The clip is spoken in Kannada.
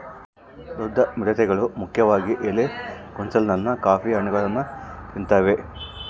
ದೊಡ್ಡ ಮಿಡತೆಗಳು ಮುಖ್ಯವಾಗಿ ಎಲೆ ಗೊಂಚಲನ್ನ ಕಾಫಿ ಹಣ್ಣುಗಳನ್ನ ತಿಂತಾವೆ